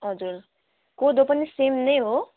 हजुर कोदो पनि सेम नै हो